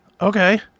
Okay